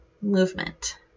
movement